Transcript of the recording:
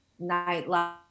nightlife